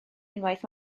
unwaith